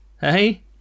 Hey